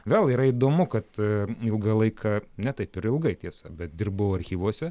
vėl yra įdomu kad ilgą laiką ne taip ir ilgai tiesa bet dirbau archyvuose